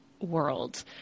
World